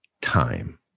time